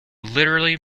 literally